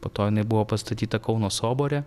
po to jinai buvo pastatyta kauno sobore